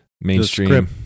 mainstream